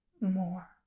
more